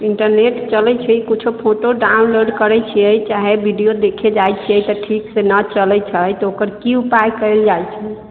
internet चलै छै किछो फोटो डाउनलोड करै छियै चाहे वीडियो देखय जाइत छियै तऽ ठीकसँ नऽ चलै छै तऽ ओकर की उपाय कयल जाइत छै